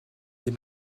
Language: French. des